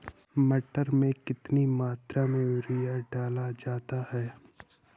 मटर में कितनी मात्रा में यूरिया डाला जाता है?